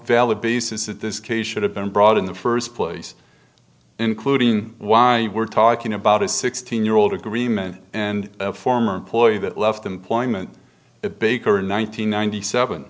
valid basis that this case should have been brought in the first place including why we're talking about a sixteen year old agreement and a former employee that left employment at baker in one nine hundred ninety seven